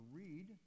read